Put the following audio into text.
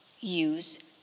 use